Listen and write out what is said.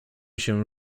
się